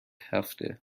هفته